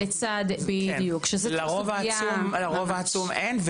לרוב העצום אין.